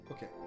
Okay